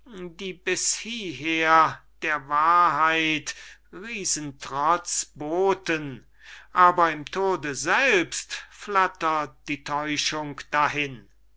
die bis hieher der wahrheit riesentrotz boten aber im tode selbst flattert die täuschung dahin